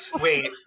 wait